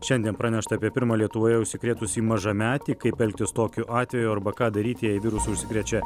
šiandien pranešta apie pirmą lietuvoje užsikrėtusį mažametį kaip elgtis tokiu atveju arba ką daryti jei virusu užsikrečia